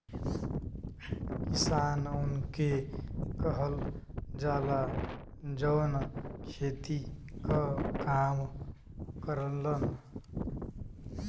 किसान उनके कहल जाला, जौन खेती क काम करलन